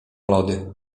lody